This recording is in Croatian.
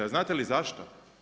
A znate li zašto?